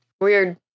Weird